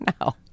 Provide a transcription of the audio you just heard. No